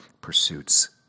pursuits